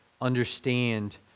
understand